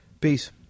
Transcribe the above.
Peace